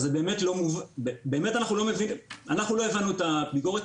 אנחנו לא הבנו את הביקורת.